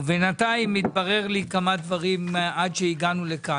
ובינתיים מתברר לי כמה דברים עד שהגענו לכאן.